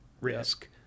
risk